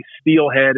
steelhead